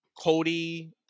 Cody